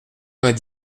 vingt